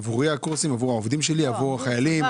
עוד 6 מיליון שקלים במשך שלוש שנים,